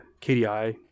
kdi